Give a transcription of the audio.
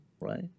right